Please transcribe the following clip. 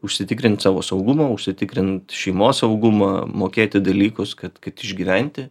užsitikrint savo saugumą užsitikrint šeimos saugumą mokėti dalykus kad kad išgyventi